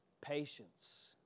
Patience